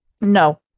no